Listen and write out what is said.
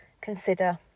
consider